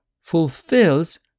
fulfills